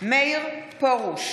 מאיר פרוש,